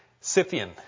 Scythian